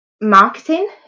marketing